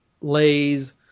lays